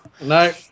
no